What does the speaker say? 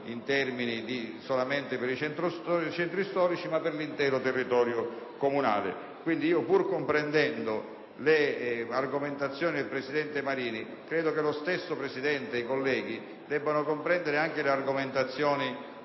esclusivamente per i centri storici, ma per l'intero territorio comunale. Quindi, pur comprendendo le argomentazioni del presidente Marini, credo che lo stesso, così come gli altri colleghi, debbano comprendere anche le argomentazioni di